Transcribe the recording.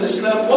Islam